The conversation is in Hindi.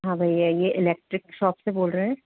हाँ भैया यह इलेक्ट्रिक शॉप से बोल रहे हैं